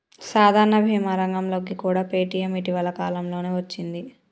సాధారణ భీమా రంగంలోకి కూడా పేటీఎం ఇటీవల కాలంలోనే వచ్చింది